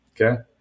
Okay